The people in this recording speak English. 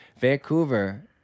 Vancouver